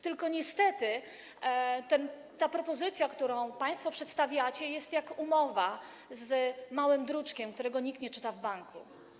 Tylko niestety ta propozycja, którą państwo przedstawiacie, jest jak umowa małym druczkiem, którego nikt nie czyta w banku.